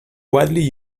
widely